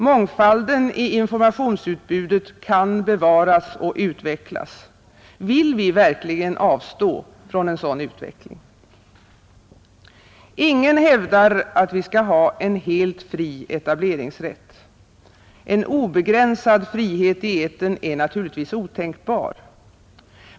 Mångfalden i informationsutbudet kan bevaras och utvecklas. Vill vi verkligen avstå från en sådan utveckling? Ingen hävdar att vi skall ha en helt fri etableringsrätt. En obegränsad frihet i etern är naturligtvis otänkbar.